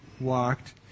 walked